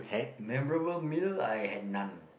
memorable meal I had none